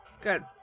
Good